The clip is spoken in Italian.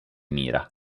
mira